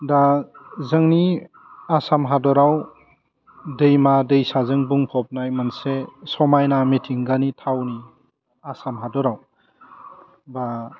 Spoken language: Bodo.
दा जोंनि आसाम हादराव दैमा दैसाजों बुंफबनाय मोनसे समायना मिथिंगानि थावनि आसाम हादराव बा